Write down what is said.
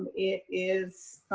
it is